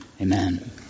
Amen